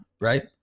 Right